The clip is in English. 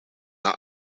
not